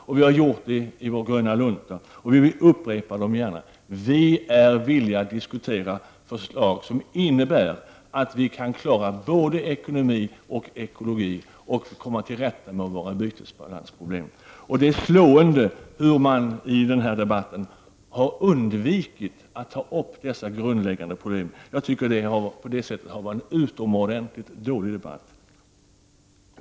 Vi har också lagt fram förslag i vår Gröna lunta, och vi upprepar dem gärna. Vi är villiga att diskutera förslag som innebär att vi kan klara både ekonomi och ekologi och komma till rätta med problemen med vår bytesbalans. Det är slående hur man i denna debatt har undvikit att ta upp dessa grundläggande problem. Jag tycker att debatten på det sättet har varit utomordentligt dålig.